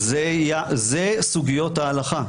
זה סוגיות ההלכה,